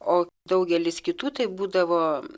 o daugelis kitų tai būdavo